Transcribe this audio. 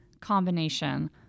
combination